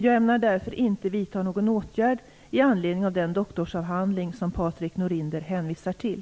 Jag ämnar därför inte vidta någon åtgärd i anledning av den doktorsavhandling som Patrik Norinder hänvisar till.